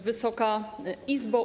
Wysoka Izbo!